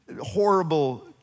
horrible